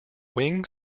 wing